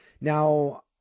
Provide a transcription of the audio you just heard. Now